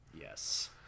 Yes